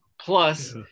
plus